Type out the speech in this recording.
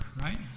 Right